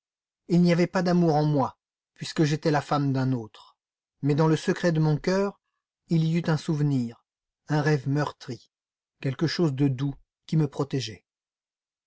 il n'y avait pas d'amour en moi puisque j'étais la femme d'un autre mais dans le secret de mon cœur il y eut un souvenir un rêve meurtri quelque chose de doux qui me protégeait